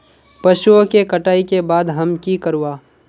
पशुओं के कटाई के बाद हम की करवा?